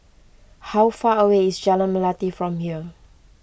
how far away is Jalan Melati from here